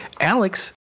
Alex